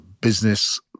business